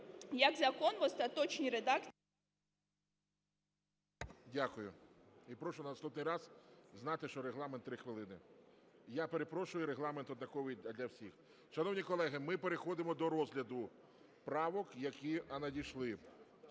як закон в остаточній редакції...